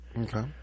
Okay